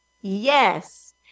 Yes